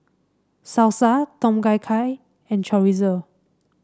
Salsa Tom Kha Gai and Chorizo